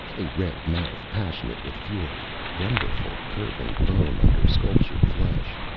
a red mouth passionate with fury, wonderful curving bone under sculptured flesh,